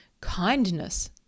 kindness